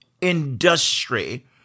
industry